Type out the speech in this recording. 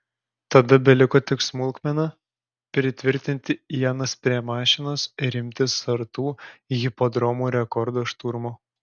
tada beliko tik smulkmena pritvirtinti ienas prie mašinos ir imtis sartų hipodromo rekordo šturmo